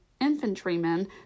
infantrymen